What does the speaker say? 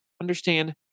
understand